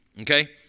Okay